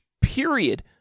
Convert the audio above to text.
period